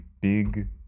big